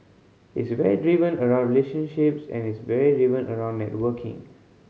it's very driven around relationships and it's very driven around networking